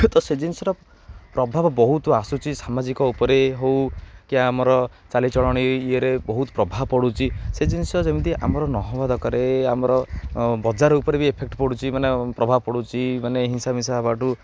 ତ ସେ ଜିନିଷର ପ୍ରଭାବ ବହୁତ ଆସୁଛି ସାମାଜିକ ଉପରେ ହଉ କି ଆମର ଚାଲିଚଳଣି ଇଏରେ ବହୁତ ପ୍ରଭାବ ପଡ଼ୁଛି ସେ ଜିନିଷ ଯେମିତି ଆମର ନ ହବା ଦରକାର ଆମର ବଜାର ଉପରେ ବି ଇଫେକ୍ଟ ପଡ଼ୁଛି ମାନେ ପ୍ରଭାବ ପଡ଼ୁଛି ମାନେ ହିଂସା ମିଁସା ହବାଠୁ